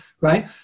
right